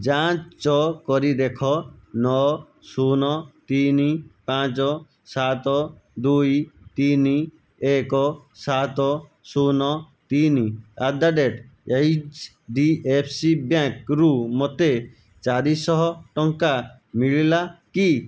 ଯାଞ୍ଚ୍ କରି ଦେଖ ନଅ ଶୂନ ତିନି ପାଞ୍ଚ ସାତ ଦୁଇ ତିନି ଏକ ସାତ ଶୂନ ତିନି ଆଟ ଦ rate H D F C bank ରୁ ମୋତେ ଚାରି ଶହ ଟଙ୍କା ମିଳିଲା କି